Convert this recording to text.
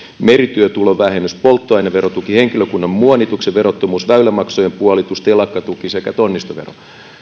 merityötulovähennys polttoaineverotuki henkilökunnan muonituksen verottomuus väylämaksujen puolitus telakkatuki sekä tonnistovero